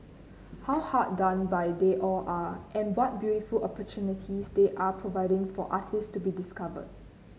how hard done by they all are and what beautiful opportunities they're providing for artists to be discovered